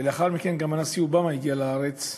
ולאחר מכן גם הנשיא אובמה הגיע לארץ,